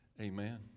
Amen